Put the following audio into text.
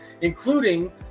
including